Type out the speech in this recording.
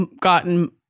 gotten